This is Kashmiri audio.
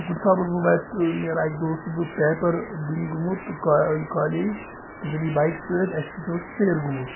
تہٕ کُنہِ ساتہٕ اوسُس بہٕ وَتہِ نیران اَکہِ دۅہ اوسُس بہٕ پیپَر دِنہِ گوٚمُت تہٕ کالیج تہٕ مےٚ نِیہِ بایِک سٍتۍ اَسہِ سٍتۍ اوس ژیر گوٚمُت